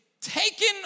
taken